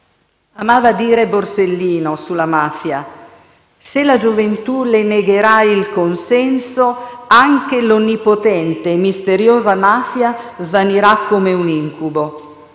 Amava dire Borsellino, sulla mafia: «Se la gioventù le negherà il consenso, anche l'onnipotente e misteriosa mafia svanirà come un incubo».